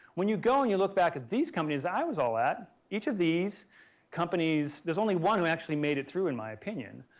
when you go and you look back at these companies i was all at, each of these companies, there's only one who actually made it through in my opinion.